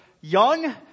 young